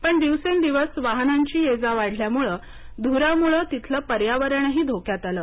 पण दिवसेंदिवस वाहनांची ये जा वाढल्यामुळे धुरामुळे तिथलं पर्यावरणही धोक्यात आलं